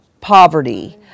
poverty